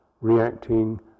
reacting